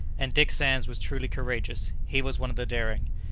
and dick sands was truly courageous he was one of the daring.